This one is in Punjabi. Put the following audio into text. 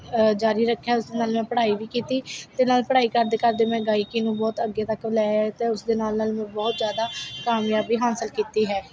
ਜਾਰੀ ਰੱਖਿਆ ਉਸ ਦੇ ਨਾਲ ਮੈਂ ਪੜ੍ਹਾਈ ਵੀ ਕੀਤੀ ਅਤੇ ਨਾਲ ਪੜ੍ਹਾਈ ਕਰਦੇ ਕਰਦੇ ਮੈਂ ਗਾਈਕੀ ਨੂੰ ਬਹੁਤ ਅੱਗੇ ਤੱਕ ਲੈ ਅਤੇ ਉਸਦੇ ਨਾਲ ਨਾਲ ਬਹੁਤ ਜ਼ਿਆਦਾ ਕਾਮਯਾਬੀ ਹਾਸਲ ਕੀਤੀ ਹੈ